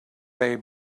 they